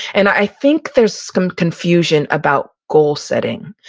and i think there's some confusion about goal setting.